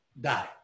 die